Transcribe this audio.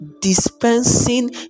dispensing